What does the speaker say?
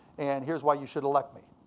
and here's why you should elect me.